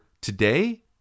today